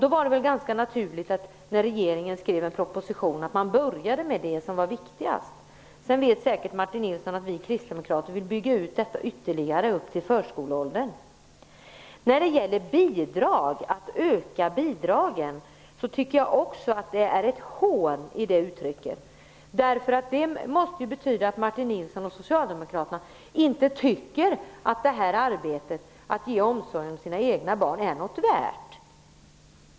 Därför är det väl ganska naturligt att regeringen när propositionen skrevs började med det som var viktigast. Martin Nilsson vet säkert att vi kristdemokrater vill bygga ut detta ytterligare, så att det gäller upp till förskoleåldern. Också i talet om att öka bidragen tycker jag att det finns ett hån. Det måste nämligen innebära att Martin Nilsson och Socialdemokraterna tycker att arbetet med att ge de egna barnen omsorg inte är något värt.